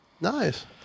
Nice